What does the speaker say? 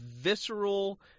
visceral